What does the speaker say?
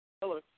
Hello